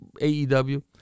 AEW